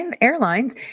Airlines